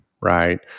right